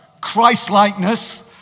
Christ-likeness